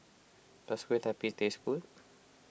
does Kue Lupis taste good